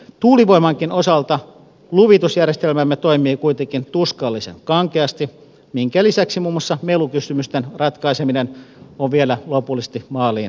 tuulivoimankin osalta luvitusjärjestelmämme toimii kuitenkin tuskallisen kankeasti minkä lisäksi muun muassa melukysymysten ratkaiseminen on vielä lopullisesti maaliin saattamatta